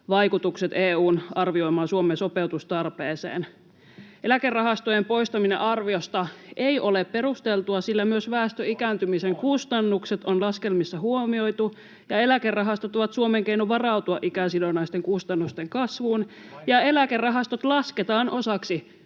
vaikutukset EU:n arvioimaan Suomen sopeutustarpeeseen. Eläkerahastojen poistaminen arviosta ei ole perusteltua, sillä myös väestön ikääntymisen kustannukset on laskelmissa huomioitu [Miko Bergbom: On!] ja eläkerahastot ovat Suomen keino varautua ikäsidonnaisten kustannusten kasvuun ja eläkerahastot lasketaan osaksi